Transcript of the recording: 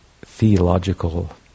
theological